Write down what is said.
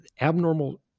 abnormal